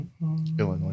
Illinois